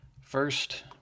First